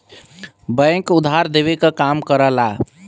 bank उधार देवे क काम करला